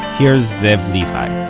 here's zev levi